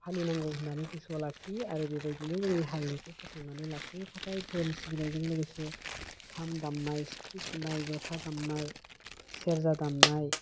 फालिनांगौ होननानै गोसोआव लाखियो आरो बेबायदिनो जोंनि हारिमुखौ फोथांनानै लाखिनो थाखाय दोहोरोम सिबिनायजों लोगोसे खाम दामनाय सिफुं सुनाय ज'था दामनाय सेरजा दामनाय